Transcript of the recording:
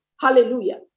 hallelujah